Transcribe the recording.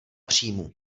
příjmů